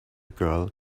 girl